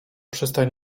przystań